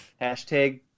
Hashtag